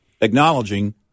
acknowledging